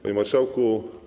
Panie Marszałku!